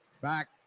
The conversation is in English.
back